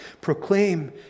Proclaim